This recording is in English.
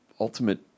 ultimate